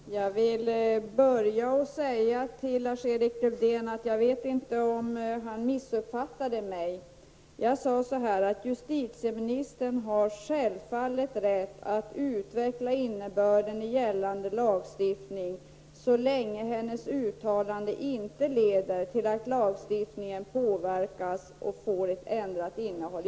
Herr talman! Jag vill börja med att säga till Lars Erik Lövdén att jag inte vet om han missuppfattade mig. Jag sade att justitieministern har självfallet rätt att utveckla innebörden i gällande lagstiftning så länge hennes uttalanden inte leder till att lagstiftningen påverkas och får ett ändrat innehåll.